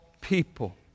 people